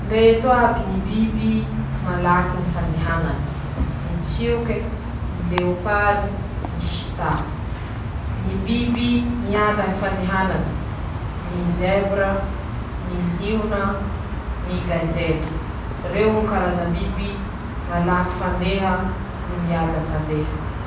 <...>Eka, ñy biby afaky mifampiana-draha, manahaky anizay aminy ñy fifandraisandrozy ara-tsosialy no aminy ñy fiaraha-miasandrozy, lafa rozy ro miara-miasa, hitany ñ'ilany ñy traikefa anañany ñ'ilany ianarany, manahaky anizay koa ñy fihavanan-drozy aminy ñy karazany ñy biby maro manahaky ñy piso noho ñ'alika<...>.